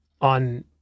on